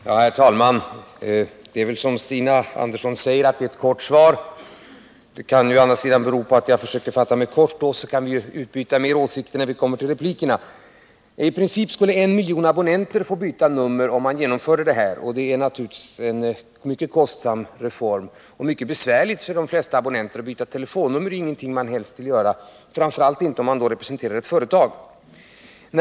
Herr talman! Det är väl som Stina Andersson säger ett kort svar, men detta kan bero på att jag har försökt fatta mig kort. Vi kan ju fortsätta att utbyta åsikter när vi kommer till replikerna. I princip skulle 1 miljon abonnenter vara tvungna att byta nummer, om det här systemet genomfördes. Det skulle naturligtvis bli en mycket kostsam reform och dessutom mycket besvärlig för de flesta abonnenter. Man vill ju helst inte byta telefonnummer, framför allt inte om det gäller ett företag.